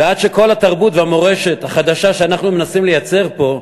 ועד שכל התרבות והמורשת החדשה שאנחנו מננסים לייצר פה,